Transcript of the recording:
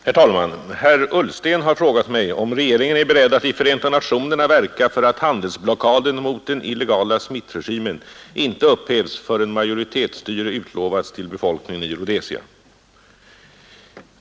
Herr talman! Herr Ullsten har frågat mig om regeringen är beredd att i Förenta nationerna verka för att handelsblockaden mot den illegala Smith-regimen inte upphävs förrän majoritetsstyre utlovats till befolkningen i Rhodesia.